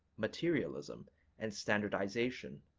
materialism and standardization,